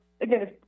again